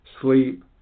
sleep